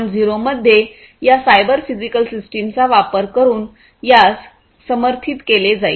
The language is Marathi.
0 मध्ये या सायबर फिजिकल सिस्टमचा वापर करुन यास समर्थित केले जाईल